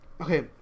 Okay